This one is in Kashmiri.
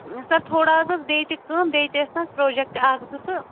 سَر تھوڑا حظ ٲس بیٚیہِ تہِ کٲم بیٚیہِ تہِ ٲسۍ نا حظ پروجیٚکٹ اکھ زٕ تہٕ